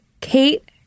Kate